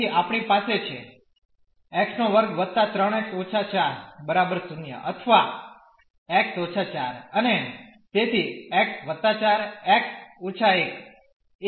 તેથી આપણી પાસે છે x2 3 x − 4 0 અથવા x ઓછા 4 અને તેથી x 4 x − 1 એ 0 ની બરાબર છે